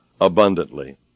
abundantly